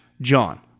John